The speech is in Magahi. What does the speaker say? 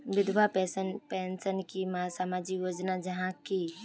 विधवा पेंशन की सामाजिक योजना जाहा की?